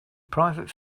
private